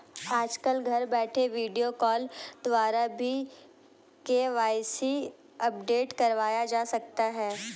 आजकल घर बैठे वीडियो कॉल द्वारा भी के.वाई.सी अपडेट करवाया जा सकता है